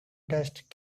dust